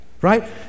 right